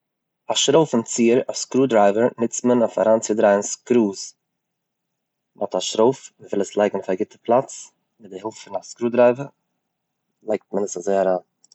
א שרויפנציער, א סקרודרייווער נוצט מען אויף אריינצודרייען סקרוס, מ'האט א שרויף מען וויל עס לייגן אויף א גוטע פלאץ מיט די הילף פון א סקרודרייוער לייגט מען עס אזוי אריין.